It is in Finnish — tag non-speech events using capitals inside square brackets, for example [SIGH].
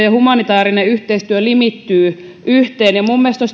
[UNINTELLIGIBLE] ja humanitaarinen yhteistyö limittyvät yhteen ja minun mielestäni [UNINTELLIGIBLE]